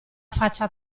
faccia